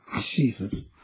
Jesus